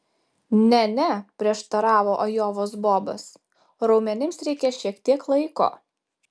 ne ne prieštaravo ajovos bobas raumenims reikia šiek tiek laiko